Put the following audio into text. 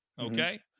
okay